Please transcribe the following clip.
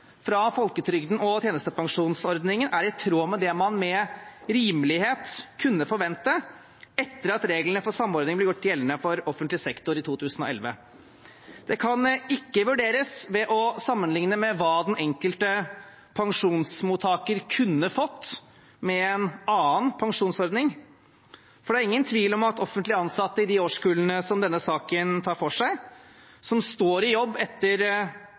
fra folketrygden og tjenestepensjonsordningen er i tråd med det man med rimelighet kunne forvente, etter at reglene for samordning ble gjort gjeldende for offentlig sektor i 2011. Det kan ikke vurderes ved å sammenligne med hva den enkelte pensjonsmottaker kunne fått med en annen pensjonsordning, for det er ingen tvil om at offentlig ansatte i de årskullene som denne saken tar for seg, som står i jobb etter